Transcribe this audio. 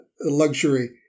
luxury